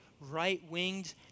right-winged